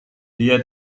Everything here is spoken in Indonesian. dia